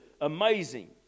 amazing